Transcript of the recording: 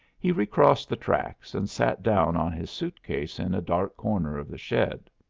he recrossed the tracks and sat down on his suit case in a dark corner of the shed.